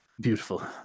Beautiful